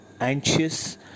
anxious